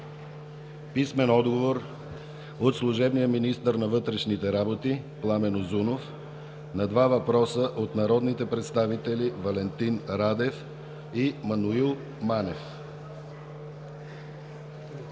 от: - служебния министър на вътрешните работи Пламен Узунов на два въпроса от народните представители Валентин Радев и Маноил Манев;